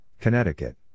Connecticut